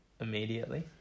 immediately